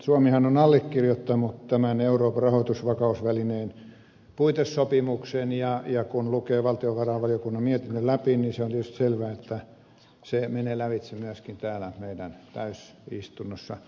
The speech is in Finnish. suomihan on allekirjoittanut tämän euroopan rahoitusvakausvälineen puitesopimuksen ja kun lukee valtiovarainvaliokunnan mietinnön läpi niin on tietysti selvää että se menee lävitse myöskin täällä täysistunnossa